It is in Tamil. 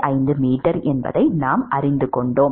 5 மீட்டர் என்பதை நாம் அறிந்து கொள்ளலாம்